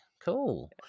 cool